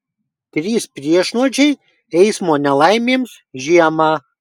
trys priešnuodžiai eismo nelaimėms žiemą